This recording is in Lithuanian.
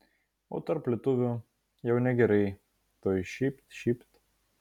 o tarp lietuvių jau negerai tuoj šypt šypt